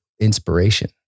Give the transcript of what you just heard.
inspiration